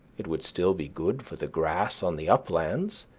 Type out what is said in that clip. it would still be good for the grass on the uplands,